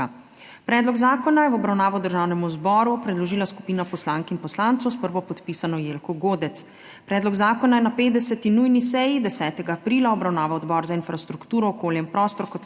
Predlog zakona je v obravnavo Državnemu zboru predložila skupina poslank in poslancev s prvopodpisano Jelko Godec. Predlog zakona je na 50. nujni seji 10. aprila obravnaval Odbor za infrastrukturo, okolje in prostor kot